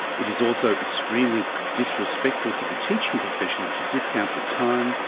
it is also extremely disrespectful to the teaching profession to discount the time,